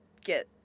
get